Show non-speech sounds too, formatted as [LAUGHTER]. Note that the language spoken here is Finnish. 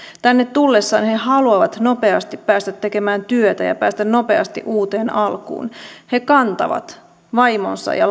tänne tullessaan he haluavat nopeasti päästä tekemään työtä ja päästä nopeasti uuteen alkuun he kantavat vaimonsa ja [UNINTELLIGIBLE]